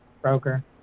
Broker